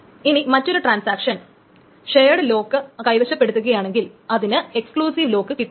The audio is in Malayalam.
ഇനി മറ്റൊരു ട്രാൻസാക്ഷൻ ഷെയേട് ലോക്ക് കൈവശപ്പെടുത്തുകയാണെങ്കിൽ അതിന് എക്സ്ക്ളൂസിവ് ലോക്ക് കിട്ടില്ല